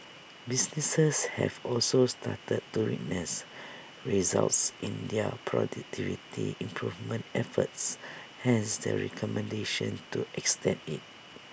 businesses have also started to witness results in their productivity improvement efforts hence the recommendation to extend IT